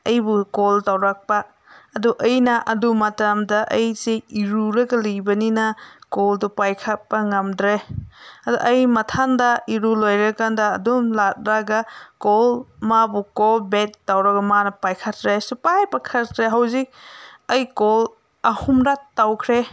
ꯑꯩꯕꯨ ꯀꯣꯜ ꯇꯧꯔꯛꯄ ꯑꯗꯨ ꯑꯩꯅ ꯑꯗꯨ ꯃꯇꯝꯗ ꯑꯩꯁꯤ ꯏꯔꯨꯔꯒ ꯂꯩꯕꯅꯤꯅ ꯀꯣꯜꯗꯨ ꯄꯥꯏꯈꯠꯄ ꯉꯝꯗ꯭ꯔꯦ ꯑꯗꯨ ꯑꯩ ꯃꯊꯪꯗ ꯏꯔꯨ ꯂꯣꯏꯔꯀꯥꯟꯗ ꯑꯗꯨꯝ ꯂꯥꯛꯂꯒ ꯀꯣꯜ ꯃꯥꯕꯨ ꯀꯣꯜ ꯕꯦꯛ ꯇꯧꯔꯒ ꯃꯥꯅ ꯄꯥꯏꯈꯠꯇ꯭ꯔꯦ ꯁꯨꯡꯄꯥꯏ ꯄꯥꯏꯈꯠꯇ꯭ꯔꯦ ꯍꯧꯖꯤꯛ ꯑꯩ ꯀꯣꯜ ꯑꯍꯨꯝꯂꯛ ꯇꯧꯈ꯭ꯔꯦ